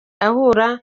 ahura